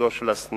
לתפקודו של הסניף.